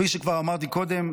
כפי שכבר אמרתי קודם,